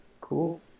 Cool